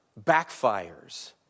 backfires